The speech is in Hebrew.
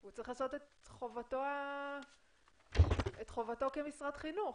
הוא צריך לעשות את חובתו כמשרד חינוך.